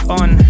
on